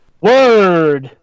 Word